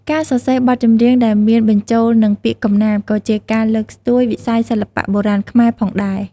ការសរសេរបទចម្រៀងដែលមានបញ្ចូលនឹងពាក្យកំណាព្យក៏ជាការលើកស្ទួយវិស័យសិល្បៈបុរាណខ្មែរផងដែរ។